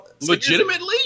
legitimately